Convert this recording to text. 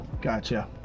Gotcha